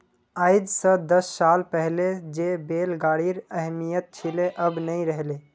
आइज स दस साल पहले जे बैल गाड़ीर अहमियत छिले अब नइ रह ले